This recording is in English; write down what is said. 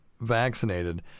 vaccinated